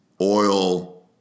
oil